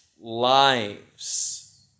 lives